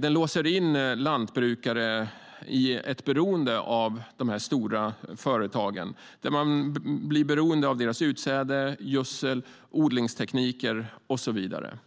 Den låser in lantbrukare i ett beroende av de här stora företagen, där man blir beroende av deras utsäde, gödsel, odlingstekniker och så vidare.